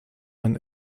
ein